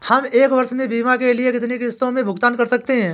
हम एक वर्ष में बीमा के लिए कितनी किश्तों में भुगतान कर सकते हैं?